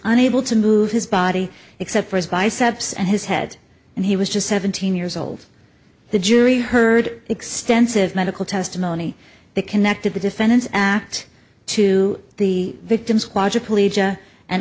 unable to move his body except for his biceps and his head and he was just seventeen years old the jury heard extensive medical testimony that connected the defendant's act to the victim's